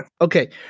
Okay